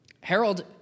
Harold